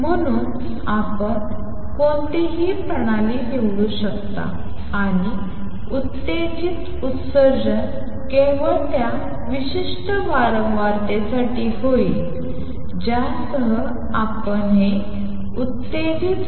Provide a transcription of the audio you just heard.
म्हणून आपण कोणतीही प्रणाली निवडू शकता आणि उत्तेजित उत्सर्जन केवळ त्या विशिष्ट वारंवारतेसाठी होईल ज्यासह आपण हे उत्तेजित उत्सर्जन करत आहात